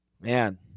Man